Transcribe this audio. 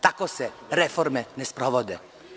Tako se reforme ne sprovode.